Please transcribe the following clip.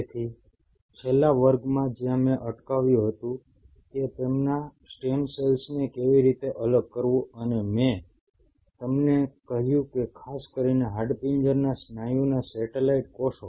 તેથી છેલ્લા વર્ગમાં જ્યાં મેં અટકાવ્યું હતું કે તેમના સ્ટેમ સેલ્સને કેવી રીતે અલગ કરવું અને મેં તમને કહ્યું કે ખાસ કરીને હાડપિંજરના સ્નાયુના સેટેલાઈટ કોષો